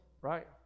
right